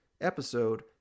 episode